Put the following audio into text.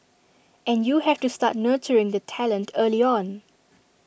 and you have to start nurturing the talent early on